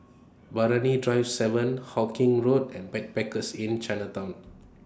Brani Drive seven Hawkinge Road and Backpackers Inn Chinatown